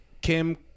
Kim